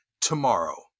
tomorrow